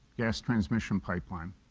gas transmission pipeline.